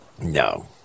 No